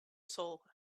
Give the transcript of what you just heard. soul